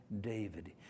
David